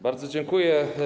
Bardzo dziękuję.